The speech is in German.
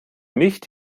nicht